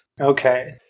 Okay